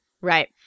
Right